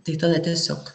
tai tada tiesiog